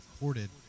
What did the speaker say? recorded